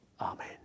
Amen